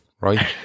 Right